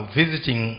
visiting